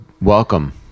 welcome